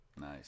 nice